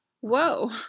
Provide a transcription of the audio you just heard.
whoa